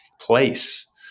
place